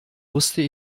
wusste